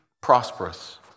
prosperous